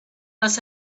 must